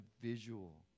visual